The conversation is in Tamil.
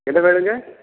என்ன வேணுங்க